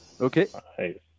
Okay